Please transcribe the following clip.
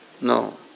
No